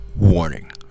Warning